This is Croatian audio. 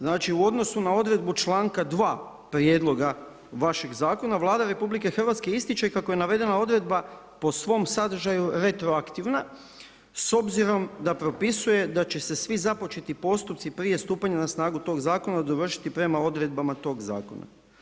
Znači, u odnosu na odredbu čl. 2. Prijedloga vašeg zakona, Vlada RH ističe kako je navedena odredba po svom sadržaju retroaktivna s obzirom da propisuje da će se svi započeti postupci prije stupanja na snagu tog zakona dovršiti prema odredbama tog zakona.